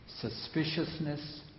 suspiciousness